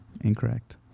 Incorrect